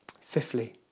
Fifthly